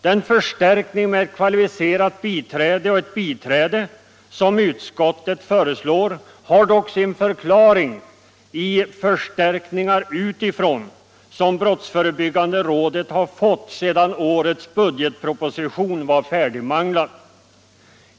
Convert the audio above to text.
Den förstärkning med ett kvalificerat biträde och ett biträde som utskottet föreslår har dock en förklaring i förstärkningar utifrån, som brottsförebyggande rådet fått sedan årets budgetproposition var färdigmanglad.